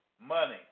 Money